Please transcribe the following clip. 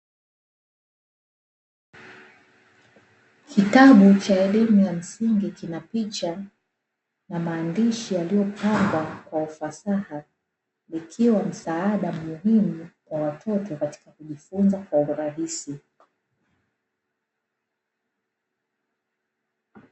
Kitabu cha cha elimu ya msingi picha na maandishi yaliyopangwa kwa ufasaha ikiwa msaada muhimu kwa watoto katika kujifunza kwa urahisi